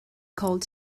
cold